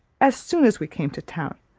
as soon as we came to town,